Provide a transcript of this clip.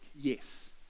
Yes